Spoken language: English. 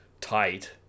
tight